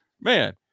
man